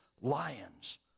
lions